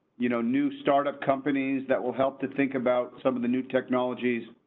you know, new startup companies that will help to think about some of the new technologies.